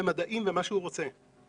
מדעים מה שהוא רוצה.